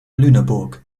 lüneburg